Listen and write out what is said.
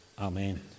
Amen